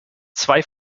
zwei